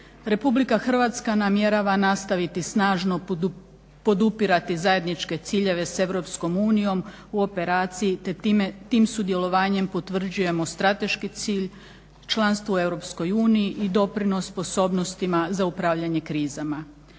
Republika Hrvatska namjerava nastaviti snažno podupirati zajedničke ciljeve s Europskom unijom u operaciji te tim sudjelovanjem potvrđujemo strateški cilj članstvo u Europskoj uniji i doprinos sposobnostima za upravljanje krizama.